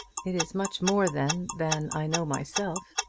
it is much more then than i know myself.